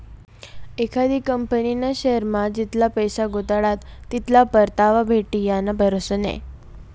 एखादी कंपनीना शेअरमा जितला पैसा गुताडात तितला परतावा भेटी याना भरोसा नै